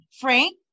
Frank